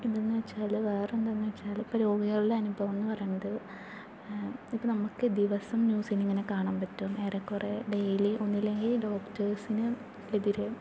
പിന്നെന്ന് വെച്ചാല് വേറെയെന്താന്ന് വെച്ചാല് ഇപ്പോൾ രോഗികളുടെ അനുഭവം എന്ന് പറയണത് ഇപ്പോൾ നമ്മൾക്ക് ദിവസം ന്യൂസിലിങ്ങന കാണാൻ പറ്റും ഏറെക്കുറേ ഡെയ്ലി ഒന്നുമില്ലെങ്കിൽ ഡോക്ടേർസിന് എതിരെ